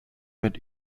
mit